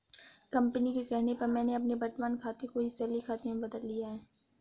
company के कहने पर मैंने अपने वर्तमान खाते को ही सैलरी खाते में बदल लिया है